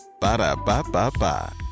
Ba-da-ba-ba-ba